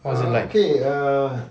how was it like